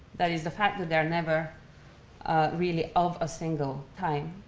that is, the fact that there are never really of a single time.